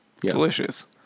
delicious